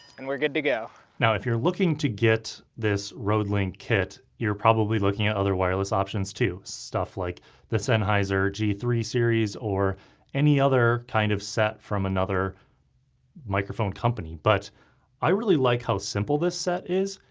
and we're good to go. now if you're looking to get this rodelink kit, you're probably looking at other wireless options too. stuff like the sennheiser g three series or any other kind of set from another microphone company but i really like how simple this set is,